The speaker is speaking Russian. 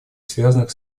связанных